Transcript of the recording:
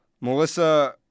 Melissa